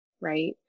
right